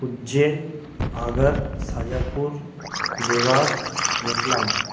Ujjain Agar Shajapur Dewas Ratlam